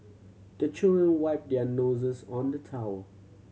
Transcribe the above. the children wipe their noses on the towel